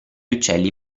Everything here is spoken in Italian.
uccelli